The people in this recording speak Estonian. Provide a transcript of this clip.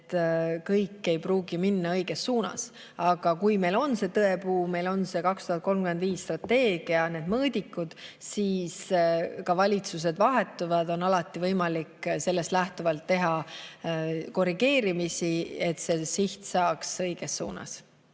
et kõik ei pruugi minna õiges suunas. Aga kui meil on Tõetamm, meil on 2035. aasta strateegia, need mõõdikud ja kuna ka valitsused vahetuvad, siis on alati võimalik sellest lähtuvalt teha korrigeerimisi, et siht saaks õiges suunas.